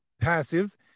passive